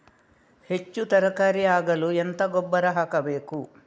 ಹೆಚ್ಚು ತರಕಾರಿ ಆಗಲು ಎಂತ ಗೊಬ್ಬರ ಹಾಕಬೇಕು?